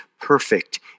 perfect